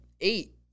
Eight